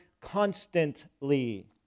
constantly